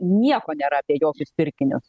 nieko nėra apie jokius pirkinius